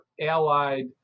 allied